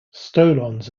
stolons